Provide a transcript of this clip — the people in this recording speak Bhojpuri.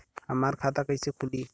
हमार खाता कईसे खुली?